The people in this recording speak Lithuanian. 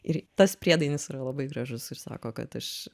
ir tas priedainis yra labai gražus ir sako kad aš